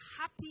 happy